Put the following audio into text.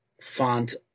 font